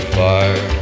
fire